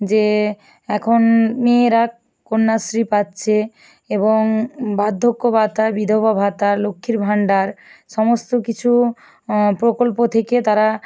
যে এখন মেয়েরা কন্যাশ্রী পাচ্ছে এবং বার্ধক্য ভাতা বিধবা ভাতা লক্ষ্মীর ভাণ্ডার সমস্ত কিছু প্রকল্প থেকে তারা